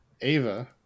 ava